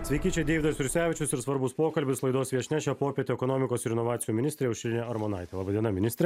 sveiki čia deividas jursevičius ir svarbus pokalbis laidos viešnia šią popietę ekonomikos ir inovacijų ministrė aušrinė armonaitė laba diena ministre